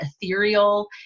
ethereal